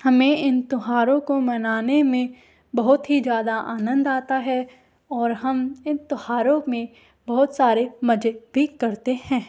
हमें इन त्यौहारों को मनाने में बहुत ही ज़्यादा आनंद आता है और हम इन त्यौहारों में बहुत सारे मज़े भी करते हैं